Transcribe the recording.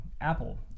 Apple